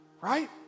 right